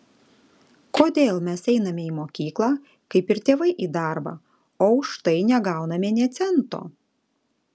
kodėl mes einame į mokyklą kaip ir tėvai į darbą o už tai negauname nė cento